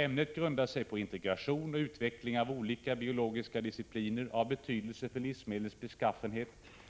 Ämnet grundar sig på integration och utveckling av olika biologiska discipliner av betydelse för livsmedlens beskaffenhet,